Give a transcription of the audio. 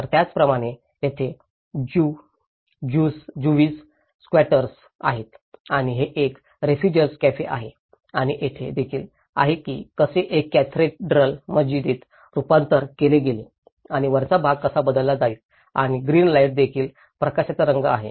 तर त्याचप्रमाणे तेथे ज्यू स्क्वॅटर्स आहेत आणि हे एक रेफुजिर्स कॅफे आहे आणि तेथे देखील आहे की कसे एक कॅथेड्रल मशिदीत रूपांतरित केले गेले आणि वरचा भाग कसा बदलला जाईल आणि ग्रीन लाईट देखील प्रकाशाचा रंग आहे